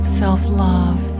self-love